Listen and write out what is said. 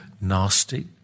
nasty